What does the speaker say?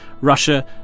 Russia